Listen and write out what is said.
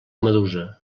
medusa